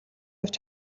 явж